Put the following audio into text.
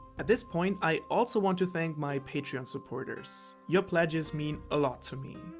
at this point i also want to thank my patreon supporters. your pledges mean a lot to me.